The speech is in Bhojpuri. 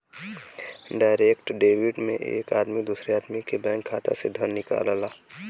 डायरेक्ट डेबिट में एक आदमी दूसरे आदमी के बैंक खाता से धन निकालला